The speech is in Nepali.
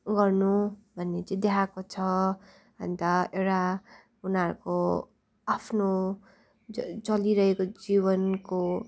गर्नु भन्ने चाहिँ देखाएको छ अन्त एउटा उनीहरूको आफ्नो च चलिरहेको जीवनको